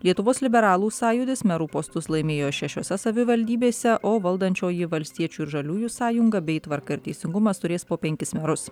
lietuvos liberalų sąjūdis merų postus laimėjo šešiose savivaldybėse o valdančioji valstiečių ir žaliųjų sąjunga bei tvarka ir teisingumas turės po penkis merus